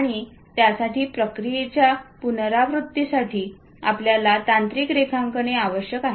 आणि त्यासाठी प्रक्रियेच्या पुनरावृत्तींसाठी आपल्याला तांत्रिक रेखांकने आवश्यक आहेत